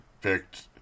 picked